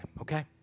okay